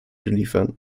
liefern